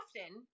often